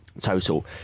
total